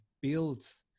builds